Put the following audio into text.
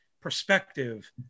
perspective